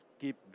keep